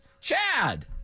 Chad